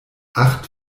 acht